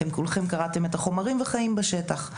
אתם כולכם קראתם את החומרים וחיים בשטח.